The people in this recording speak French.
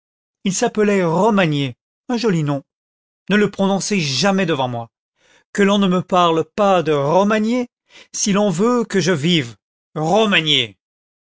il s'appelait romagné un joli nom ne le prononcez jamais devant moi qu'on ne me parle pas de romagné si l'on veut que je vive